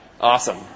Awesome